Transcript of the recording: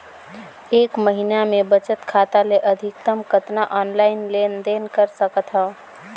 एक महीना मे बचत खाता ले अधिकतम कतना ऑनलाइन लेन देन कर सकत हव?